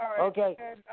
Okay